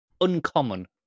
uncommon